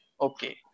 okay